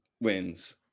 wins